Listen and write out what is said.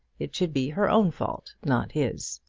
it should be her own fault, not his.